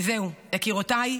וזהו, יקירותיי,